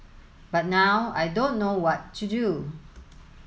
but now I don't know what to do